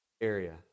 area